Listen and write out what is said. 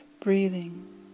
Breathing